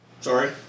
Sorry